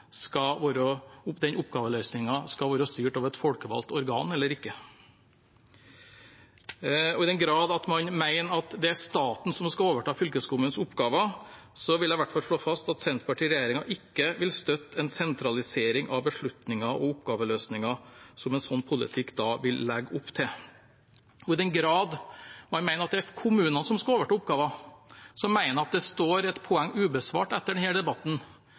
den oppgaveløsningen skal være styrt av et folkevalgt organ eller ikke. I den grad man mener at det er staten som skal overta fylkeskommunens oppgaver, vil jeg i hvert fall slå fast at Senterpartiet og regjeringen ikke vil støtte en sentralisering av beslutninger og oppgaveløsninger som en slik politikk vil legge opp til. Og i den grad man mener at det er kommunene som skal overta oppgaver, mener jeg at det står et poeng ubesvart etter denne debatten,